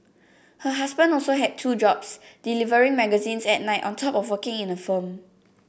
her husband also had two jobs delivering magazines at night on top of working in a firm